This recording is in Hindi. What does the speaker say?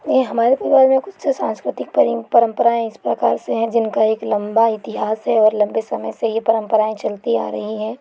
ये हमारे परिवार में कुछ सांस्कृतिक परंपराएं इस प्रकार से हैं जिनका एक लंबा इतिहास है और लंबे समय से ये परंपराएं चलती आ रही हैं